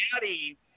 Daddy